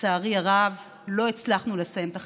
לצערי הרב, לא הצלחנו לסיים את החקיקה.